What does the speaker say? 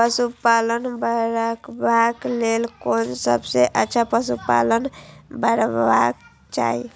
पशु पालन करबाक लेल कोन सबसँ अच्छा पशु पालन करबाक चाही?